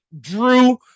Drew